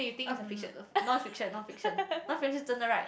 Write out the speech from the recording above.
uh non fiction non fiction non fiction 是真的 right